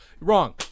wrong